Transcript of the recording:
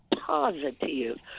positive